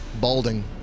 balding